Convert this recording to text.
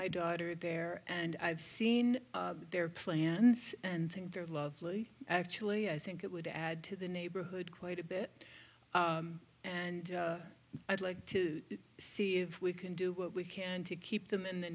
my daughter there and i've seen their plans and think they're lovely actually i think it would add to the neighborhood quite a bit and i'd like to see if we can do what we can to keep them in the